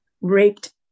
raped